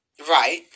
Right